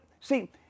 See